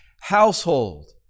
household